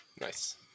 Nice